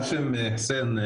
האשם חסן,